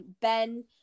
ben